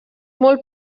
molt